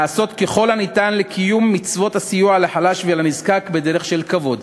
לעשות כל הניתן לקיום מצוות הסיוע לחלש ולנזקק בדרך של כבוד.